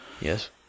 Yes